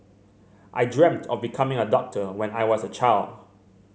I dreamt of becoming a doctor when I was a child